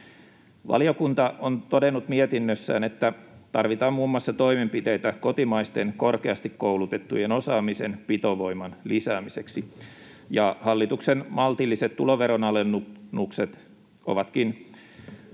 Valiokunta on todennut mietinnössään, että tarvitaan muun muassa toimenpiteitä kotimaisten korkeasti koulutettujen osaamisen pitovoiman lisäämiseksi. Hallituksen maltilliset tuloveronalennukset ovatkin